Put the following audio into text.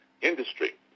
industry